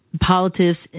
politics